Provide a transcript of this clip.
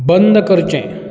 बंद करचें